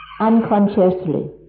unconsciously